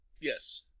Yes